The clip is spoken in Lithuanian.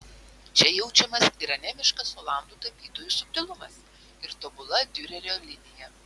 čia jaučiamas ir anemiškas olandų tapytojų subtilumas ir tobula diurerio linija